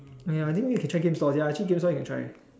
ya I think you can check in store ya actually check in store you can try